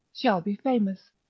shall be famous,